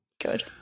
Good